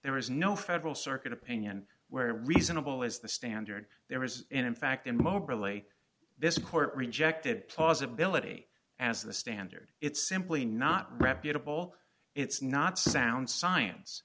there is no federal circuit opinion where reasonable as the standard there is in fact in moberly this court rejected plausibility as the standard it's simply not reputable it's not sound science